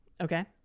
Okay